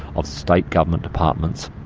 of state government departments,